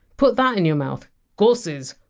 put that in your mouth goosiz.